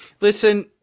listen